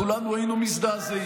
כולנו היינו מזדעזעים.